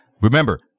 Remember